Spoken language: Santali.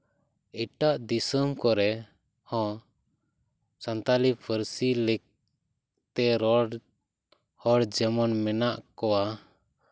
ᱮᱴᱟᱜ ᱫᱤᱥᱚᱢ ᱠᱚᱨᱮ ᱦᱚᱸ ᱥᱟᱱᱛᱟᱲᱤ ᱯᱟᱹᱨᱥᱤ ᱛᱮ ᱨᱚᱲ ᱦᱚᱲ ᱡᱮᱢᱚᱱ ᱢᱮᱱᱟᱜ ᱠᱚᱣᱟ